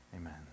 amen